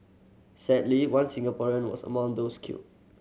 sadly one Singaporean was among those killed